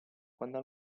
quando